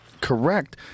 correct